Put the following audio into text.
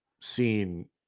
seen